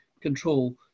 control